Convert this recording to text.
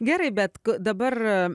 gerai bet dabar